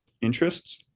interests